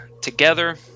together